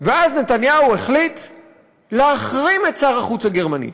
ואז נתניהו החליט להחרים את שר החוץ הגרמני.